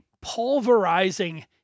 pulverizing